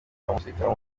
n’umusirikare